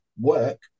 work